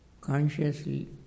consciously